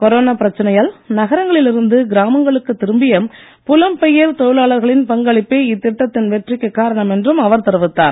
corona பிரச்சனையால் நகரங்களில் இருந்து கிராமங்களுக்கு திரும்பிய புலம் பெயர் தொழிலாளர்களின் பங்களிப்பே இத்திட்டத்தின் வெற்றிக்கு காரணம் என்றும் அவர் தெரிவித்தார்